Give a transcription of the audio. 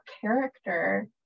character